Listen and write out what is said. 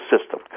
system